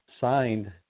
signed